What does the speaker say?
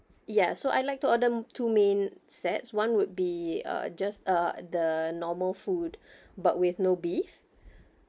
ya so I'd like to order two main sets one would be uh just uh the normal food but with no beef